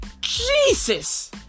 Jesus